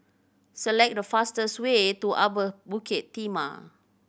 select the fastest way to Upper Bukit Timah